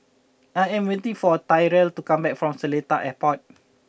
I am waiting for Tyrel to come back from Seletar Airport